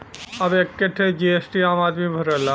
अब एक्के ठे जी.एस.टी आम आदमी भरला